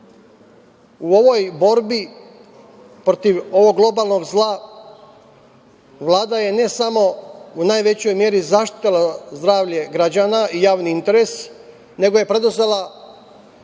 ovoj borbi protiv ovog globalnog zla, Vlada je ne samo u najvećoj meri zaštitila zdravlje građana i javni interes, nego je preduzela i niz